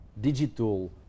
digital